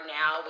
now